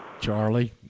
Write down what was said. Charlie